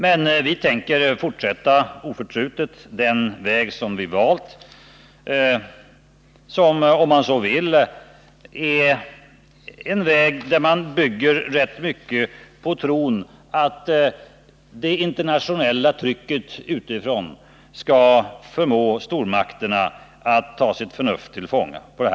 Men vi tänker fortsätta oförtrutet den väg som vi valt, och som bygger på den möjligen fåfänga tron att det internationella opinionstrycket skall förmå Nr 47 stormakterna att ta sitt förnuft till fånga.